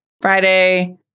friday